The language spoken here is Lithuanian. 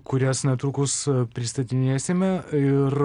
kurias netrukus pristatinėsime ir